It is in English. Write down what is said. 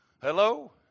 Hello